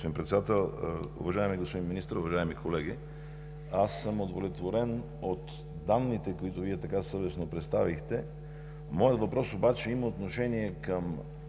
Моят въпрос има отношение към